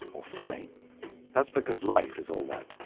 or funny that's because life is all that,